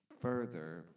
further